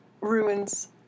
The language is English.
ruins